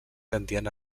tendien